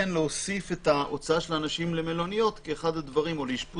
כן להוסיף את ההוצאה של אנשים למלוניות או לאשפוז